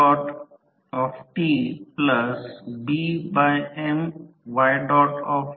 तर चार तास ते 3 किलोवॅट पॉवर फॅक्टर 0